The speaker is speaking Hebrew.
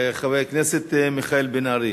חבר הכנסת מיכאל בן-ארי.